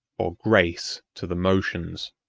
or grace to the motions.